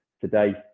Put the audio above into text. today